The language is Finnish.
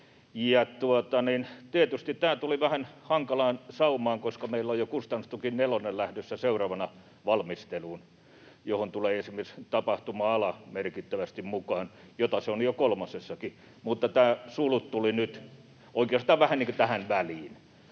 tämä tuli vähän hankalaan saumaan, koska meillä on jo kustannustuki nelonen lähdössä seuraavana valmisteluun, ja siihen tulee esimerkiksi tapahtuma-ala merkittävästi mukaan, jota se on jo kolmosessakin, mutta tämä sulku tuli nyt oikeastaan vähän niin kuin tähän väliin.